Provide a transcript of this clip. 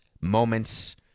moments